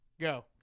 Go